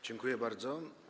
Dziękuję bardzo.